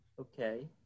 Okay